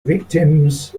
victims